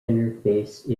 interface